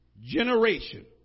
generation